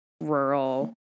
rural